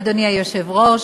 אדוני היושב-ראש,